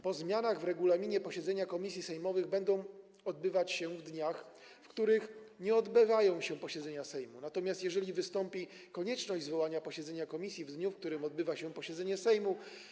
Po zmianach w regulaminie posiedzenia komisji sejmowych będą odbywać się w dniach, w których nie odbywają się posiedzenia Sejmu, natomiast jeżeli wystąpi konieczność zwołania posiedzenia komisji w dniu, w którym odbywa się posiedzenie Sejmu.